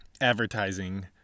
advertising